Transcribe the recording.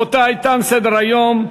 רבותי, תם סדר-היום.